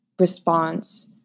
response